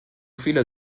viele